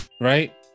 right